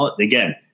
again